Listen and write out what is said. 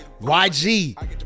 YG